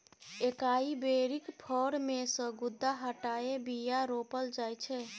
एकाइ बेरीक फर मे सँ गुद्दा हटाए बीया रोपल जाइ छै